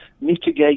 mitigate